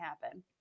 happen